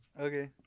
Okay